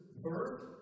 birth